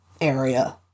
area